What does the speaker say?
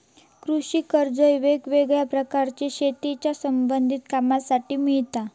कृषि कर्जा वेगवेगळ्या प्रकारची शेतीच्या संबधित कामांसाठी मिळता